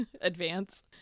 advance